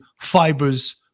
fibers